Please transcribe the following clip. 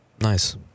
Nice